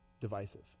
divisive